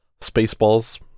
Spaceballs